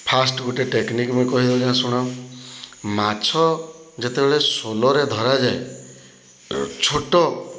first ଗୁଟେ technique ମୁଁ କହିଦଉଚେଁ ଶୁଣ ମାଛ ଯେତେବେଳେ ସୋଲରେ ଧରାଯାଏ ଛୋଟ